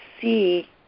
see